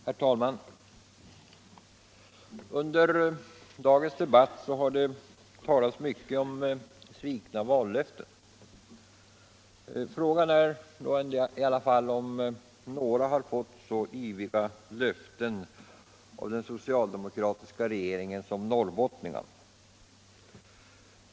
Herr talman! Under dagens debatt har det talats mycket om svikna vallöften. Frågan är i alla fall om några har fått så yviga löften av den socialdemokratiska regeringen som norrbottningarna.